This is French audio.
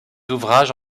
ouvrages